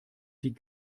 die